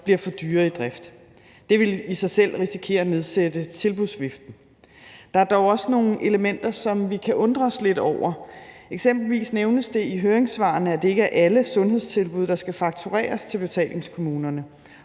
bliver for dyre i drift. Det vil i sig selv risikere at nedsætte tilbudsviften. Der er dog også nogle elementer, som vi kan undre os lidt over. Eksempelvis nævnes det i høringssvarene, at det ikke er alle sundhedstilbud, der skal faktureres til betalingskommunerne,